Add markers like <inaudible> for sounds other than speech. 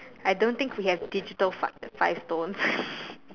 I don't know think we have digital five five stones <laughs>